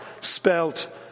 spelt